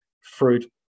fruit